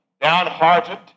downhearted